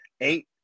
eight